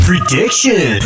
Prediction